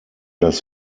das